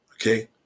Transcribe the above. Okay